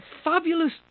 Fabulous